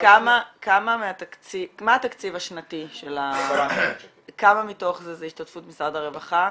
מה התקציב השנתי של ה- -- כמה מתוך זה זה השתתפות משרד הרווחה,